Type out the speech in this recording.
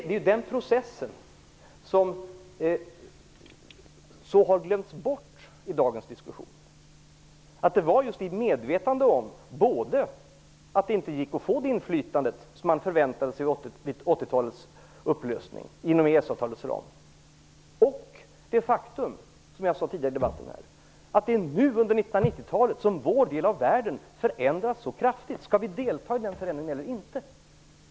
Det är den processen som så har glömts bort i dagens diskussion, dvs. att det var just i medvetande om både att det inte gick att få det inflytande inom EES-avtalets ram som man förväntade sig vid 80-talets upplösning och det faktum, som jag sagt tidigare i debatten här, att det är nu under 90-talet som vår del av världen förändrats så kraftigt. Skall vi delta i den förändringen eller inte?